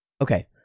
Okay